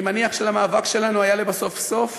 אני מניח שלמאבק שלנו היה לבסוף חלק